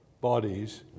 bodies